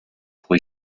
pour